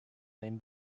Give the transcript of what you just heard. limp